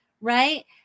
right